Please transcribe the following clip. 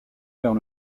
vers